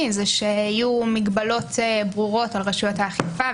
זה שיהיו מגבלות ברורות על רשויות האכיפה,